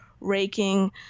raking